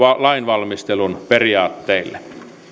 lainvalmistelun periaatteille